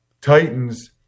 Titans